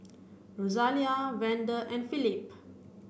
Rosalia Vander and Phillip